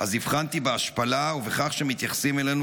אז הבחנתי בהשפלה ובכך שמתייחסים אלינו